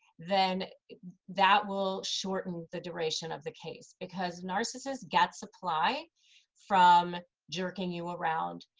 then that will shorten the duration of the case. because narcissists get supply from jerking you around,